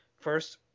first